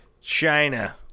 China